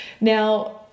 Now